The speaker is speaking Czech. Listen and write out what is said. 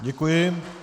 Děkuji.